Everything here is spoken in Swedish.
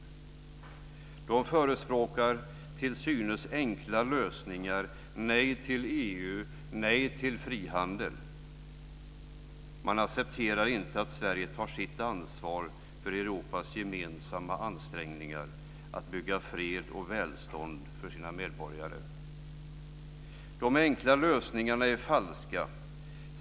Man förespråkar till synes enkla lösningar: nej till EU, nej till frihandel. Man accepterar inte att Sverige tar sitt ansvar för Europas gemensamma ansträngningar att bygga fred och välstånd för sina medborgare. De enkla lösningarna är falska.